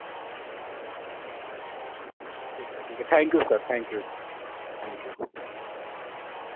ٹھیک ہے ٹھیک ہے thank you sir thank you thank you